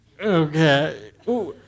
Okay